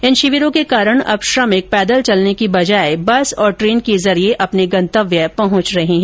इन शिविरों के कारण अब श्रमिक पैदल चलने की बजाय बस और ट्रेन के जरिए अपने गंतव्य पहुंच रहे हैं